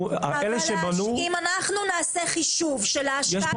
אלה שבנו --- אם אנחנו נעשה חישוב של האפליה